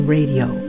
Radio